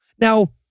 Now